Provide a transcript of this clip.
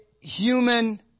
human